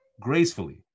Gracefully